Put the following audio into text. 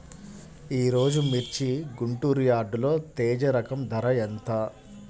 ఈరోజు మిర్చి గుంటూరు యార్డులో తేజ రకం ధర ఎంత?